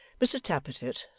mr tappertit,